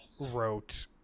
wrote